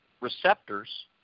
receptors